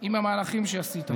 ושלם עם המהלכים שעשית.